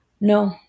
No